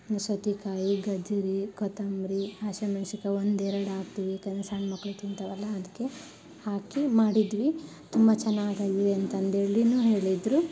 ಮುಳ್ಳು ಸೌತೆಕಾಯಿ ಗಜರಿ ಕೊತ್ತಂಬರಿ ಹಸಿ ಮೆಣ್ಸಿನ್ಕಾಯಿ ಒಂದು ಎರಡು ಹಾಕ್ತೀವಿ ಯಾಕಂದ್ರೆ ಸಣ್ಣ ಮಕ್ಳು ತಿಂತಾವಲ್ಲ ಅದಕ್ಕೆ ಹಾಕಿ ಮಾಡಿದ್ವಿ ತುಂಬ ಚೆನ್ನಾಗಾಗಿದೆ ಅಂತಂದು ಹೇಳಿಯೂ ಹೇಳಿದರು